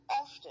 often